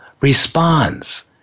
responds